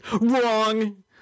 wrong